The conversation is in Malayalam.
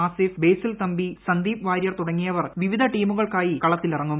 ആസിഫ് ബേസിൽ തമ്പി സദ്ദീപ് വാര്യർ തുടങ്ങിയവർ വിവിധ ടീമുകൾക്കായി കളത്തിലിറങ്ങും